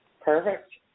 Perfect